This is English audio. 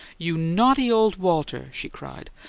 you naughty old walter! she cried.